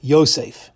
Yosef